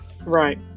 right